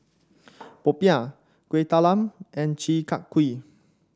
popiah Kuih Talam and Chi Kak Kuih